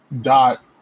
dot